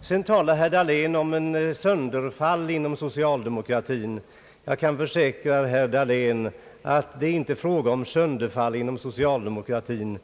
Sedan talar herr Dahlén om ett sönderfall inom socialdemokratin. Jag kan försäkra herr Dahlén att det inte är fråga om sönderfall inom socialdemokratin.